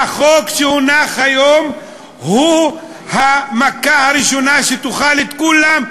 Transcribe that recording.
והחוק שהונח היום הוא המכה הראשונה שתאכל את כולם,